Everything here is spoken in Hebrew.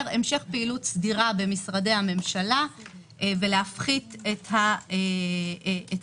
המשך פעילות סדירה במשרדי הממשלה ולהפחית את התחלואה.